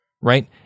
Right